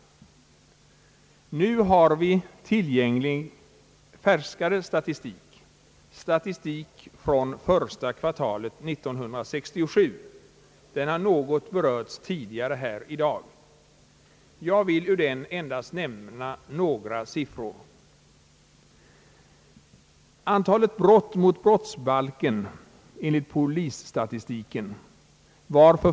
Nu har vi tillgänglig färskare siatistik, nämligen statistik från första kvartalet 1967 — den har något berörts tidigare här i dag. Jag vill ur den endast nämna några siffror.